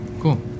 Cool